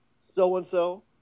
so-and-so